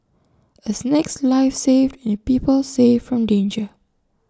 A snake's life saved and people saved from danger